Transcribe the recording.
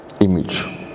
image